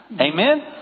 Amen